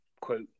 quote